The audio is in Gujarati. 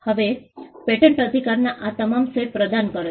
હવે પેટન્ટ અધિકારના આ તમામ સેટ પ્રદાન કરે છે